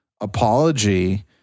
apology